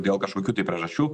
dėl kažkokių tai priežasčių